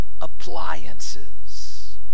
appliances